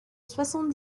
soixante